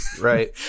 Right